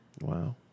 Wow